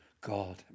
God